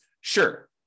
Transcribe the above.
Sure